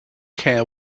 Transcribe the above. care